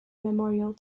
memorial